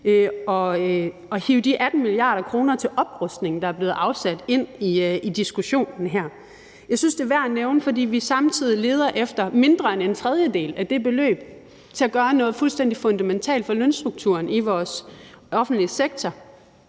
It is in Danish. at hive de 18 mia. kr. til oprustning, der er blevet afsat, ind i diskussionen her. Jeg synes, det er værd at nævne, fordi vi samtidig leder efter mindre end en tredjedel af det beløb til at gøre noget fuldstændig fundamentalt for lønstrukturen i vores offentlige sektor,